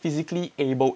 physically able